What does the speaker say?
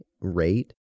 rate